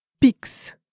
pix